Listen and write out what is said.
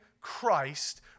Christ